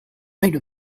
made